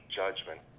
judgment